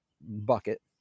bucket